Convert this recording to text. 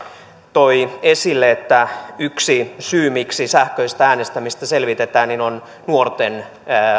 toi esille että yksi syy miksi sähköistä äänestämistä selvitetään on nuorten